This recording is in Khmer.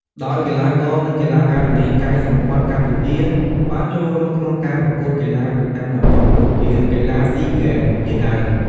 ដោយកីឡាករ និង កីឡាការិនីកាយសម្ព័ន្ធកម្ពុជាបានចូលរួមក្នុងការប្រកួតកីឡាប្រចាំតំបន់ដូចជា កីឡាស៊ីហ្គេម (SEA Games) ជាដើម។